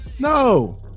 No